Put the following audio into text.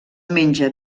menja